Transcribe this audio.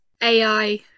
AI